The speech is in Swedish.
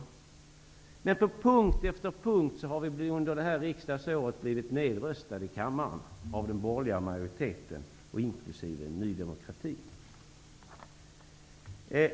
Men på punkt efter punkt har vi under det här riksdagsåret blivit nedröstade i kammaren av den borgerliga majoriteten, inkl. Ny demokrati.